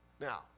Now